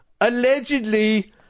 allegedly